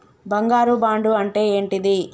బంగారు బాండు అంటే ఏంటిది?